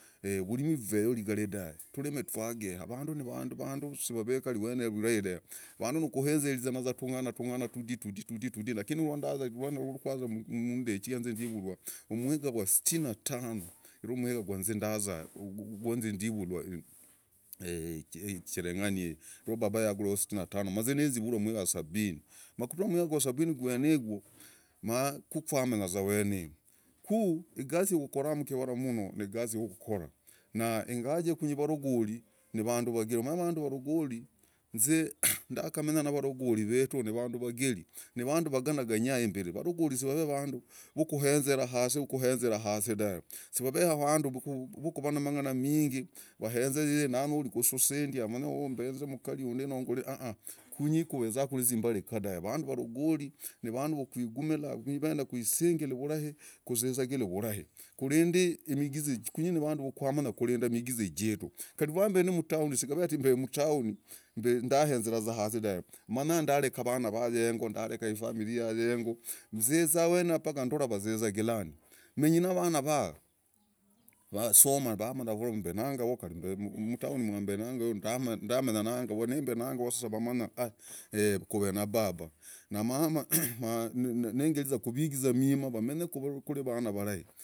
uvuremu voveyo igare dave. utureme twageha avandu sivave wenira vurahe dave. vandu nukuhenzerizana tungana tungana tudi tudi. Lakini rwakiza munyumba mno chigara inze ndivurwa umuhiga gwa sitini na tano. rwu umuhiga gwa inze ndivurwa cherengani yenu. rwababa yagurayo sitini na tano manze umwiga wa sabini ma kumuhiga gwene yigwo ma kukwamebyaza weneyo. Ku igasi yakokora mkivara mno nigasi yokora. na ingawaje kunye avarogori umanye avandu varogori navandu vaganagana imbere, avarogori sivave avandu vokohenza hase dave. sivave avandu vukuvaa namangana aminge. vehenze iye nanyori otosendi avore noho mbenge umukari hunde aa. Kunye kuvezaku nizimbarika dave avandu varogori navandu vukwigumila kwisingele vulai. kuzizagila vurahe. kunye navandu vakwamanya kurenda imigeze jetu. Kari rwambende mutown sigave mbe mutown ndahenzeriza hasi dave. manya ndareka avana vaa yengo, ndareka ifamili yaa yenyo. Nziza wenira paka ndore vazizagila ndi. menyi navana vaa vasomi vamara. Kari mbe navo mutown ndamenya nangavo nimbe navo vamanya kove na baba na nengeriza kuvigiza imima vamenye kure avana avarahe.